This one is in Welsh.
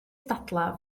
ddadlau